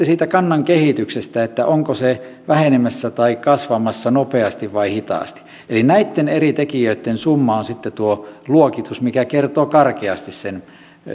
siitä kannan kehityksestä onko se vähenemässä tai kasvamassa nopeasti vai hitaasti eli näitten eri tekijöitten summa on sitten tuo luokitus mikä kertoo karkeasti sen